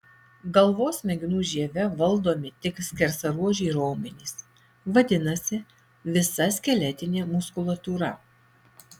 galvos smegenų žieve valdomi tik skersaruožiai raumenys vadinasi visa skeletinė muskulatūra